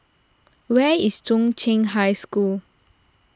where is Zhong Qing High School